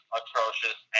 atrocious